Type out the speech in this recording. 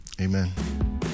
amen